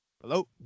Hello